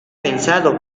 pensado